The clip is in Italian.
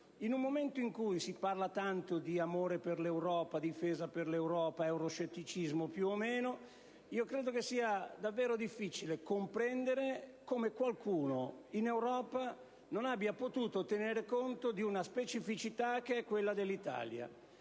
In un momento in cui si parla tanto di amore per l'Europa, di difesa dell'Europa, di euroscetticismo, più o meno, io credo che sia davvero difficile comprendere come qualcuno in Europa non abbia potuto tener conto di una specificità dell'Italia,